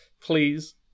Please